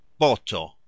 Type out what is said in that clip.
Boto